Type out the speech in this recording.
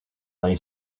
lay